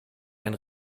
ein